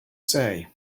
say